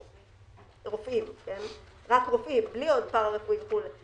רק רופאים, בלי פרא-רפואיים וכולי.